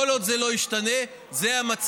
כל עוד זה לא ישתנה זה המצב.